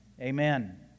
amen